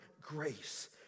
grace